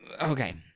Okay